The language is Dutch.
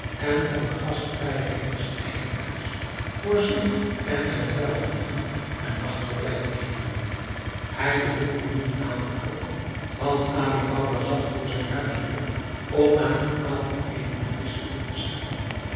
en van de gastvrijheid des eigenaars voor zich en zijn muildieren een nachtverblijf te verzoeken hij behoefde niet aan te kloppen want ali baba zat voor zijn huisdeur om na het avondeten frissche lucht te scheppen